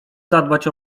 zadbać